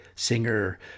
Singer